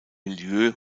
milieu